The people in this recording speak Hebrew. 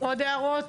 עוד הערות?